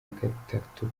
nagatatu